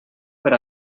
per